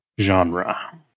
genre